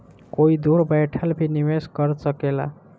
कोई दूर बैठल भी निवेश कर सकेला